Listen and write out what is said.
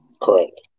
Correct